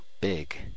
big